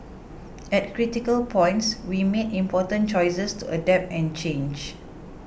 at critical points we made important choices to adapt and change